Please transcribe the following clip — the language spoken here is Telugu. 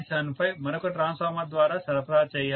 75 మరొక ట్రాన్స్ఫార్మర్ ద్వారా సరఫరా చేయబడాలి